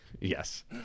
Yes